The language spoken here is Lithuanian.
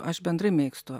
aš bendrai mėgstu